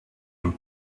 your